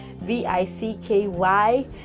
v-i-c-k-y